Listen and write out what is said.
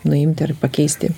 nuimti ar pakeisti